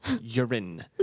Urine